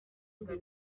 mbi